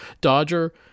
Dodger